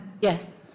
Yes